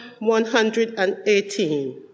118